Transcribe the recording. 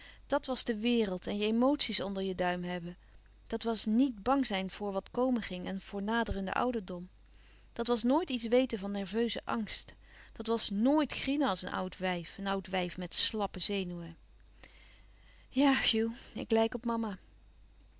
dat was de wereld en je emoties onder je duim hebben dat was nièt bang zijn voor wat komen ging en voor naderenden ouderdom dat was nooit iets weten van nerveuzen angst dat was noit grienen als een oudwijf een oud wijf met slappe zenuwen ja hugh ik lijk op mama